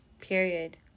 Period